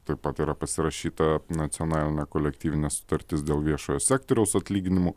taip pat yra pasirašyta nacionalinė kolektyvinė sutartis dėl viešojo sektoriaus atlyginimų